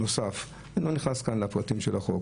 אני לא נכנס כאן לפרטים של החוק,